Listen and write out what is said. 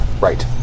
Right